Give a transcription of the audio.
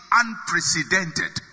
unprecedented